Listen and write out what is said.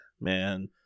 man